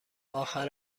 آخر